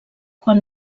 quan